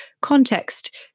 context